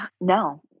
No